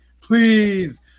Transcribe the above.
Please